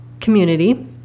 community